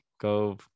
go